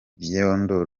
yawe